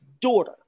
daughter